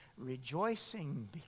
rejoicing